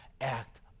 act